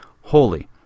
holy